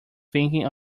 thinking